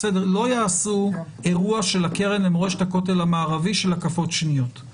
לא יעשו אירוע של הקרן למורשת הכותל המערבי של הקפות שניות,